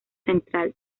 central